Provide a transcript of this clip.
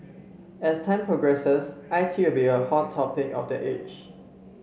as time progresses I T will be a hot topic of the age